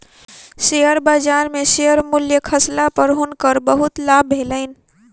share बजार में share मूल्य खसला पर हुनकर बहुत लाभ भेलैन